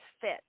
fit